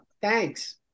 thanks